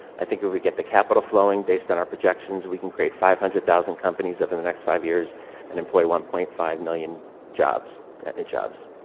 i think when we get the capital flowing based on our projections, we can create five hundred thousand companies in the next five years and employ one point five million jobs new jobs.